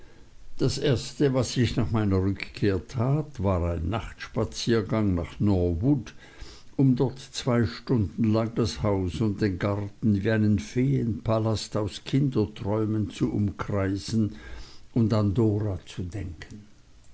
das erste was ich nach meiner rückkehr tat war ein nachtspaziergang nach norwood um dort zwei stunden lang das haus und den garten wie einen feenpalast aus kinderträumen zu umkreisen und an dora zu denken